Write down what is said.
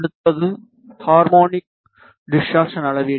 அடுத்தது harmonic distortion அளவீடு